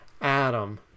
Adam